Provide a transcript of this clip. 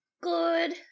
good